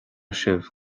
sibh